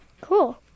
Cool